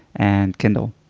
and kindle.